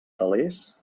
telers